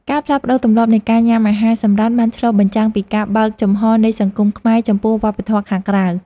ការផ្លាស់ប្តូរទម្លាប់នៃការញ៉ាំអាហារសម្រន់បានឆ្លុះបញ្ចាំងពីការបើកចំហនៃសង្គមខ្មែរចំពោះវប្បធម៌ខាងក្រៅ។